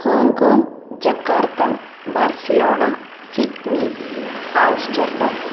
Hong Kong Jakarta Barcelona Sydney Amsterdam